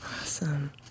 Awesome